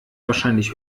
wahrscheinlich